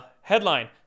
headline